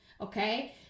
Okay